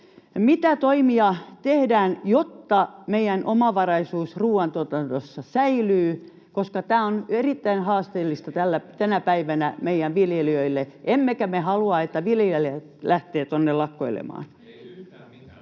mitä toimia tehdään, jotta meidän omavaraisuus ruoantuotannossa säilyy, koska tämä on erittäin haasteellista tänä päivänä meidän viljelijöillemme emmekä me halua, että viljelijät lähtevät tuonne lakkoilemaan? [Petri